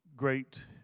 great